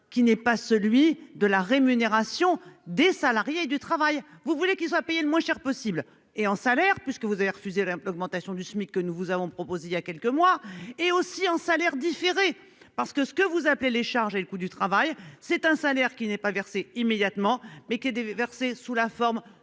qui n'est pas celui de la rémunération des salariés du travail. Vous voulez qu'il soit payer le moins cher possible et en salaire puisque vous avez refusé un peu. Augmentation du SMIC que nous vous avons proposé il y a quelques mois et aussi en salaire différé parce que ce que vous appelez les charges et le coût du travail, c'est un salaire qui n'est pas versée immédiatement mais qui est déversé sous la forme